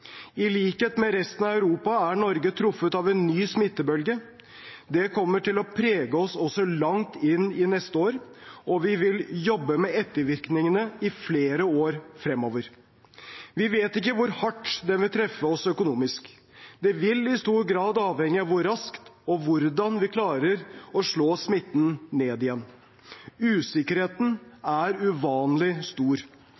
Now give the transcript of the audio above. I likhet med resten av Europa er Norge truffet av en ny smittebølge. Den kommer til å prege oss også langt inn i neste år, og vi vil jobbe med ettervirkningene i flere år fremover. Vi vet ikke hvor hardt den vil treffe oss økonomisk. Det vil i stor grad avhenge av hvor raskt og hvordan vi klarer å slå smitten ned igjen.